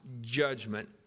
judgment